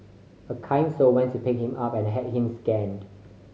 a kind soul went to pick him up and had him scanned